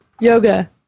Yoga